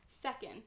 Second